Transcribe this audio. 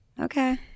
okay